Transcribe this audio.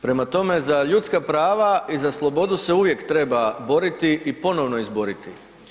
Prema tome, za ljudska prava i za slobodu se uvijek treba boriti i ponovno izboriti.